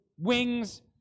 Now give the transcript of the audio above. Wings